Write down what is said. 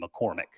McCormick